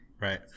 Right